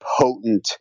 potent